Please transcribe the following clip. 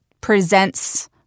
presents